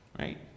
right